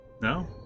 No